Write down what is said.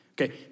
okay